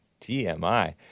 TMI